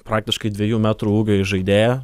praktiškai dviejų metrų ūgio įžaidėją